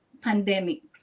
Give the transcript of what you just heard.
Pandemic